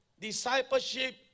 Discipleship